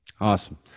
Awesome